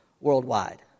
worldwide